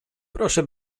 proszę